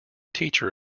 teacher